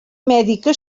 mèdica